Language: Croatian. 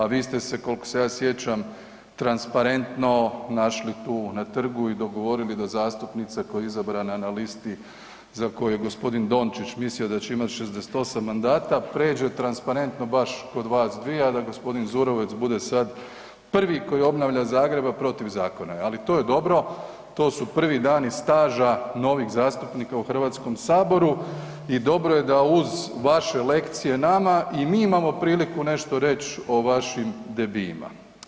A vi ste se, kolko se ja sjećam, transparentno našli tu na trgu i dogovorili da zastupnica koja je izabrana na listi za koju je g. Dončić mislio da će imat 68 mandata pređe transparentno baš kod vas dvije, a da g. Zurovec bude sad prvi koji obnavlja Zagreb, a protiv zakona je, ali to je dobro, to su prvi dani staža novih zastupnika u HS-u i dobro je da uz vaše lekcije nama i mi imamo priliku nešto reći o vašim debijima.